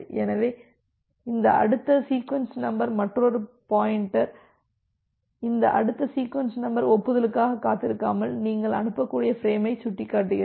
எனவே இந்த அடுத்த சீக்வென்ஸ் நம்பர் மற்றொரு பாயின்டர் இந்த அடுத்த சீக்வென்ஸ் நம்பர் ஒப்புதலுக்காக காத்திருக்காமல் நீங்கள் அனுப்பக்கூடிய ஃபிரேமை சுட்டிக்காட்டுகிறது